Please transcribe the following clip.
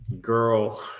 girl